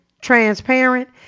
transparent